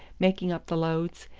making up the loads,